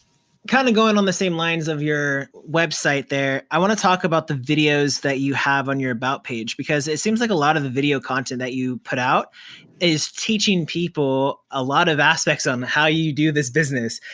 kind of going on the same lines of your website there, i wanna talk about the videos that you have on your about page because it seems like a lot of the video content that you put out is teaching people a lot of aspects on how you do this business,